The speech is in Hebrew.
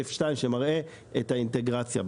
שקף 2 במצגת שמראה את האינטגרציה.